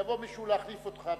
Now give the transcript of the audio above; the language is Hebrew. כשיבוא מישהו להחליף אותך,